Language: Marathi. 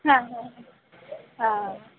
हां हां हां